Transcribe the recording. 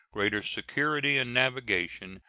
greater security in navigation,